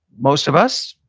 most of us.